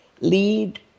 lead